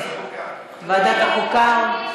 לוועדת החוקה.